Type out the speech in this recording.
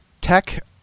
Tech